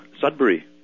Sudbury